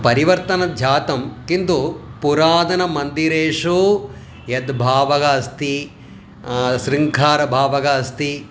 परिवर्तनं जातं किन्तु पुरातनमन्दिरेषु यद् भावः अस्ति शृङ्गारभावः अस्ति